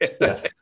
Yes